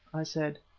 i said.